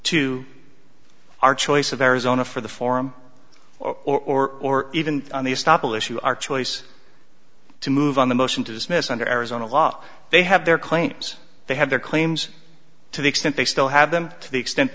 to our choice of arizona for the form or or or even on the stoppel issue our choice to move on the motion to dismiss under arizona law they have their claims they have their claims to the extent they still have them to the extent